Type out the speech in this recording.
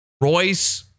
Royce